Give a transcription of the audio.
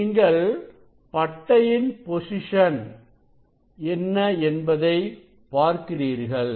இப்பொழுது நீங்கள் பட்டையின் பொசிஷன் என்ன என்பதை பார்க்கிறீர்கள்